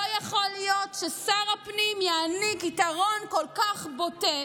לא יכול להיות ששר הפנים יעניק יתרון כל כך בוטה